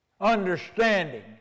understanding